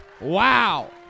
Wow